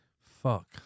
Fuck